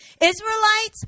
Israelites